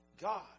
God